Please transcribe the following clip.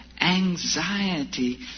Anxiety